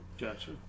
Gotcha